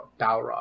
Balrog